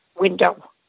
window